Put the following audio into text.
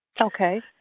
Okay